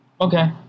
Okay